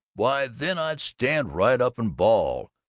why then i'd stand right up and bawl,